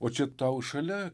o čia tau šalia